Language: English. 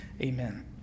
Amen